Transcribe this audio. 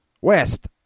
west